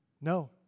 no